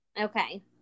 Okay